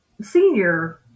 Senior